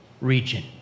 region